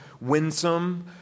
winsome